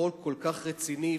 חוק כל כך רציני,